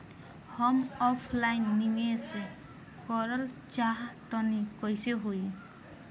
हम ऑफलाइन निवेस करलऽ चाह तनि कइसे होई?